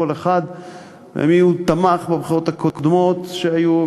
כל אחד במי הוא תמך בבחירות הקודמות שהיו,